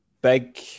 big